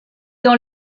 dans